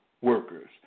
workers